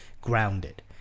grounded